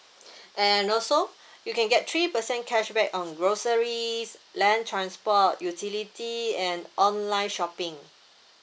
and also you can get three percent cashback on groceries land transport utility and online shopping